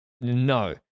No